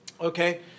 okay